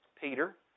Peter